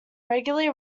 regularly